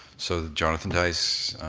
so jonathan dice,